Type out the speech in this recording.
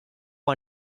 one